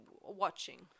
watching